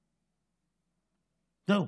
זהו.